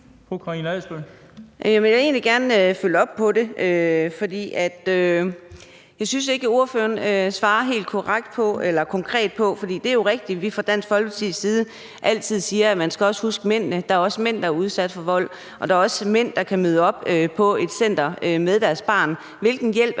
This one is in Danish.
Jeg vil egentlig gerne følge op på det, for jeg synes ikke, ordføreren svarer helt konkret på det. For det er jo rigtigt, at vi fra Dansk Folkepartis side altid siger, at man også skal huske mændene; der er også mænd, der er udsat for vold, og der er også mænd, der kan møde op på et center med deres børn. Hvilken hjælp